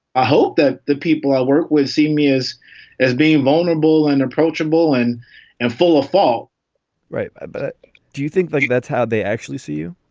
i hope that the people i work with see me as as being vulnerable and approachable and and full of fall right. but do you think like that's how they actually see you?